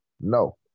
No